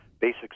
basics